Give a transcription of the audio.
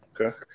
Okay